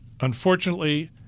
unfortunately –